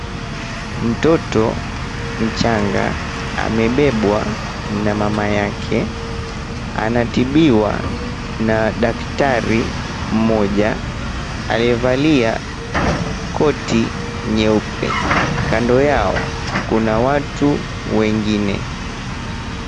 Mtoto mchanga amebebwa na mama yake, anatibiwa na daktari mmoja aliyevalia koti nyeupe. Kando yao kuna watu wengine.